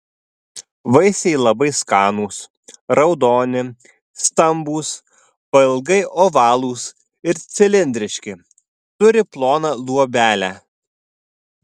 vaisiai labai skanūs raudoni stambūs pailgai ovalūs ir cilindriški turi ploną luobelę